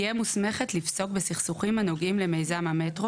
תהיה מוסמכת לפסוק בסכסוכים הנוגעים למיזם המטרו